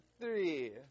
three